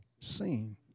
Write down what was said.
seen